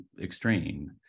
extreme